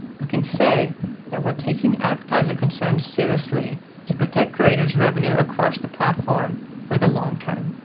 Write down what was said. but can say that we're taking advertiser concerns seriously to protect creator revenue across the platform for the long term.